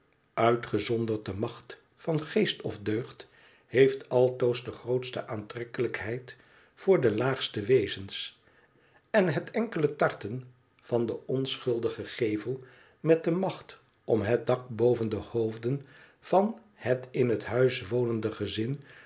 uitgezonderd de macht van geest of deugd heeft altoos de grootste aantrekkelijkheid voorde laagste wezens en het enkele tarten van den onschuldigen gevel met de macht om het dak boven de hoofden van het in het huis wonende gezin